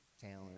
talent